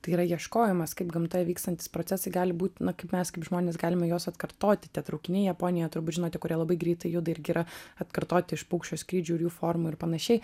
tai yra ieškojimas kaip gamtoje vykstantys procesai gali būt na kaip mes kaip žmonės galime juos atkartoti tie traukiniai japonijoje turbūt žinote kurie labai greitai juda irgi yra atkartoti iš paukščio skrydžių ir jų formų ir panašiai